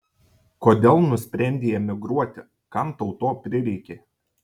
kodėl nusprendei emigruoti kam tau to prireikė